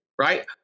right